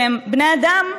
שהם בני אדם,